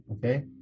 Okay